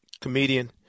comedian